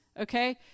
okay